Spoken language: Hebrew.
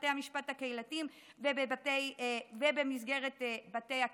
בבתי המשפט הקהילתיים ובמסגרת בתי הכלא.